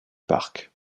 parc